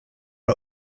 are